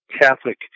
Catholic